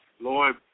Lord